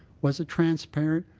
was it transparent,